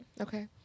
Okay